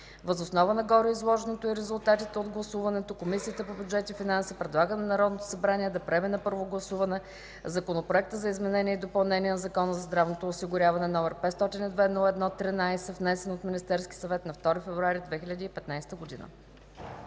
Въз основа на гореизложеното и резултатите от гласуването Комисията по бюджет и финанси предлага на Народното събрание да приеме на първо гласуване Законопроект за изменение и допълнение на Закона за здравното осигуряване, № 502-01-13, внесен от Министерския съвет на 2 февруари 2015 г.”